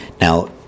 Now